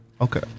Okay